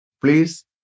Please